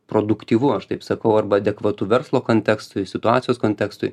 produktyvu aš taip sakau arba adekvatų verslo kontekstui situacijos kontekstui